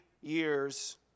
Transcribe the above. years